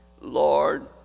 Lord